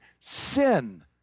Sin